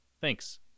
Thanks